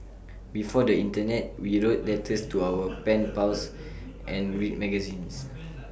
before the Internet we wrote letters to our pen pals and read magazines